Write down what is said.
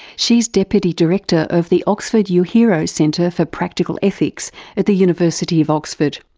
she's deputy director of the oxford uehiro centre for practical ethics at the university of oxford.